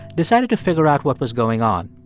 decided to figure out what was going on.